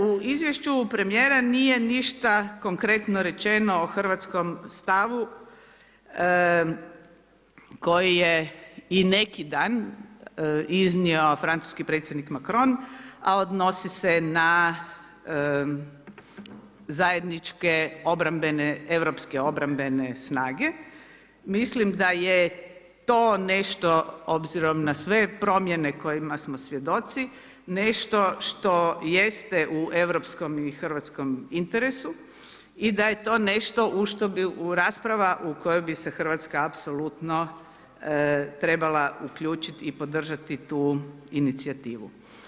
U izvješću premijera nije ništa konkretno rečeno o hrvatskom stavu koji je i neki dan iznio francuski predsjednik Macron, a odnosi se na zajedničke obrambene, europske obrambene snage, mislim da je to nešto obzirom na sve promjene kojima smo svjedoci, nešto što jeste u europskom i hrvatskom interesu i da je to nešto u što bi u rasprava u kojoj bi se Hrvatska apsolutno trebala uključiti i podržati tu inicijativu.